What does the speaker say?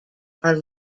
are